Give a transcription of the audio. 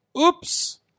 Oops